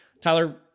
Tyler